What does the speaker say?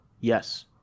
yes